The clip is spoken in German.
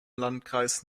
landkreis